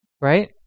right